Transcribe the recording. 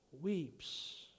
weeps